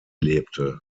lebte